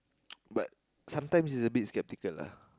but sometimes it's a bit skeptical lah